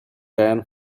ran